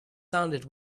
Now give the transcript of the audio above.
sounded